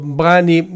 brani